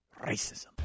racism